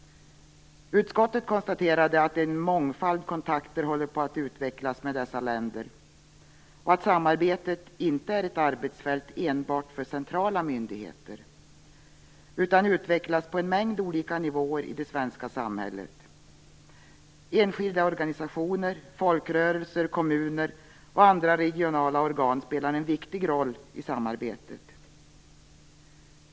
Utskottet konstaterade att en mångfald kontakter håller på att utvecklas med dessa länder och att samarbetet inte enbart sker genom centrala myndigheter utan utvecklas på en mängd olika nivåer i det svenska samhället. Enskilda organisationer, folkrörelser, kommuner och andra regionala organ spelar en viktig roll i samarbetet.